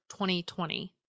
2020